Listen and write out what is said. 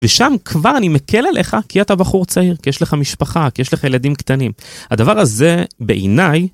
ושם כבר אני מקל עליך, כי אתה בחור צעיר, כי יש לך משפחה, כי יש לך ילדים קטנים. הדבר הזה, בעיניי...